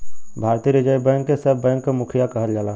भारतीय reserve bank के सब बैंक क मुखिया कहल जाला